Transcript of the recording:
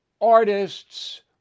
artists